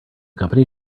company